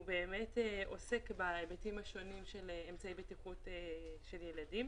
באמת עוסק בהיבטים השונים של אמצעי בטיחות של ילדים.